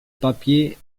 papiers